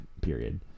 period